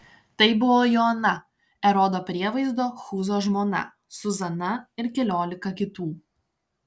tai buvo joana erodo prievaizdo chūzo žmona zuzana ir keliolika kitų